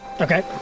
okay